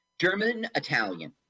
German-Italian